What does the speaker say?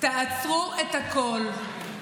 תעצרו הכול.